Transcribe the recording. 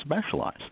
specialize